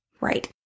right